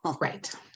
Right